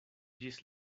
ĝis